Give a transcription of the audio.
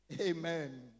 Amen